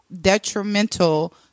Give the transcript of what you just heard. detrimental